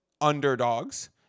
underdogs